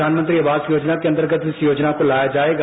प्रधानमंत्री आवास योजना के अंतर्गत इस योजना को लाया जाएगा